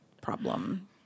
problem